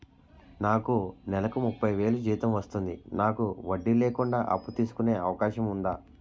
నాకు నేలకు ముప్పై వేలు జీతం వస్తుంది నాకు వడ్డీ లేకుండా అప్పు తీసుకునే అవకాశం ఉందా